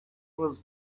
was